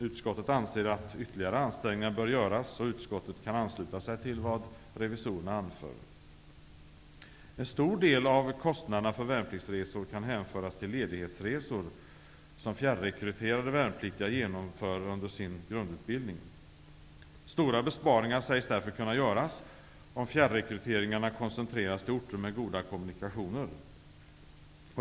Utskottet anser att ytterligare ansträngningar bör göras, och utskottet kan ansluta sig till vad revisorerna anför. En stor del av kostnaderna för värnpliktsresor kan hänföras till ledighetsresor som fjärrekryterade värnpliktiga genomför under sin grundutbildning. Stora besparingar sägs därför kunna göras om fjärrekryteringarna koncentreras till orter med goda kommunikationer.